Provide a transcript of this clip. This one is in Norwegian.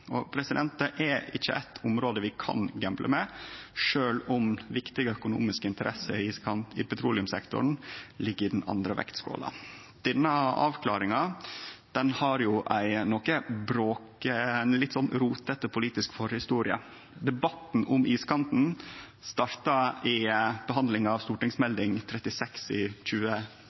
Det er ikkje eit område vi kan gamble med, sjølv om viktige økonomiske interesser i petroleumssektoren ligg i den andre vektskåla. Denne avklaringa har ei litt sånn rotete politisk forhistorie. Debatten om iskanten starta i behandlinga av Meld. St. 36 for 2012–2013, om opning av Barentshavet søraust for petroleumsverksemd. Den opningsmeldinga la til grunn at det ikkje skulle setjast i